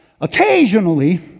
occasionally